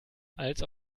als